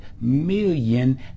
million